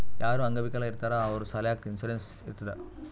ಯಾರು ಅಂಗವಿಕಲ ಇರ್ತಾರ್ ಅವ್ರ ಸಲ್ಯಾಕ್ ಇನ್ಸೂರೆನ್ಸ್ ಇರ್ತುದ್